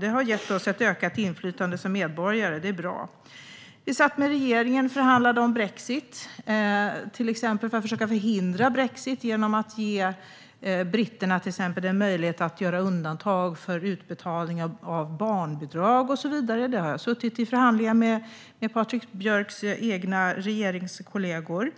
Det har gett oss ett ökat inflytande som medborgare. Det är bra. Vi satt med regeringen och förhandlade om till exempel att försöka förhindra brexit genom att ge britterna en möjlighet att exempelvis göra undantag för utbetalning av barnbidrag och så vidare. Om detta har jag suttit i förhandlingar med Patrik Björcks regeringskollegor.